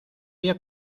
día